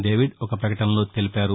David ఒక ప్రకటనలో తెలిపారు